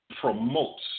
promotes